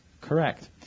Correct